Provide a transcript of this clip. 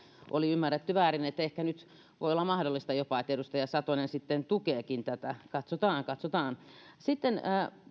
oli ymmärretty väärin ja ehkä nyt voi olla mahdollista jopa että edustaja satonen sitten tukeekin tätä katsotaan katsotaan sitten